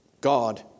God